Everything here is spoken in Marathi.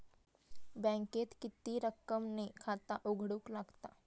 बँकेत किती रक्कम ने खाता उघडूक लागता?